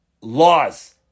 laws